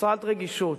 חסרת רגישות,